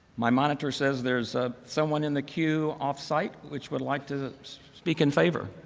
my monitor says there's ah someone in the cue off site, which would like to speak in favor,